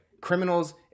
Criminals